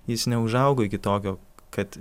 jis neužaugo iki tokio kad